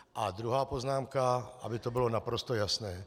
A druhá poznámka, aby to bylo naprosto jasné.